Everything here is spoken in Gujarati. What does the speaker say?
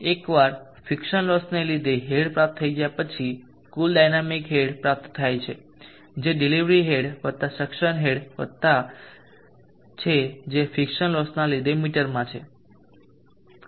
એકવાર ફિક્સન લોસને લીધે હેડ પ્રાપ્ત થઈ જાય પછી કુલ ડાયનામિક હેડ પ્રાપ્ત થાય છે જે ડિલિવરી હેડ વત્તા સક્શન હેડ વત્તા છે જે ફિક્સન લોસ ના લીધે મીટરમાં છે